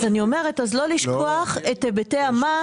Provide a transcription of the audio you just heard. אז אני אומרת, אז לא לשכוח את היבטי המס.